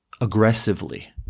aggressively